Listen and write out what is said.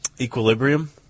equilibrium